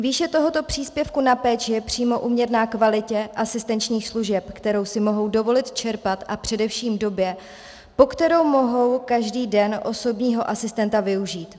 Výše tohoto příspěvku na péči je přímo úměrná kvalitě asistenčních služeb, kterou si mohou dovolit čerpat, a především v době, po kterou mohou každý den osobního asistenta využít.